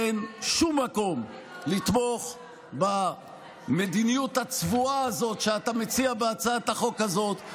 אין שום מקום לתמוך במדיניות הצבועה הזאת שאתה מציע בהצעת החוק הזאת,